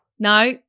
No